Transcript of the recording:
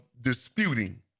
disputing